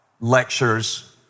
lectures